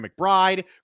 McBride